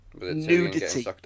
Nudity